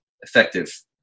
effective